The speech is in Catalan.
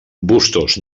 bustos